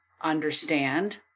understand